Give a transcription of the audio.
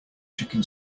chicken